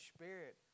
Spirit